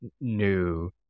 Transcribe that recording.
new